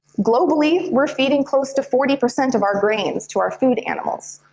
globally, we're feeding close to forty percent of our grain to our food animals.